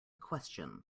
question